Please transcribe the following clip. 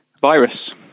virus